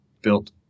built